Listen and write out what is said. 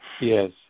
Yes